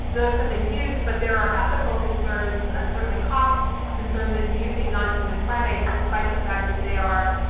those have been used, but there are ethical concerns, and certainly cost concerns, on using non-human primates despite the fact that they are,